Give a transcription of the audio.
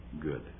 good